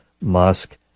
Musk